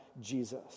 Jesus